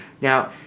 Now